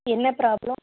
என்ன பிராப்ளம்